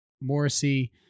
Morrissey